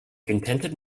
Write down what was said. contented